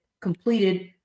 completed